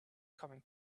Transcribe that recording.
coming